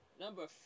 number